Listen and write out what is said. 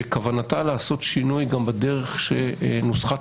שכוונתה לעשות שינוי גם בדרך של נוסחת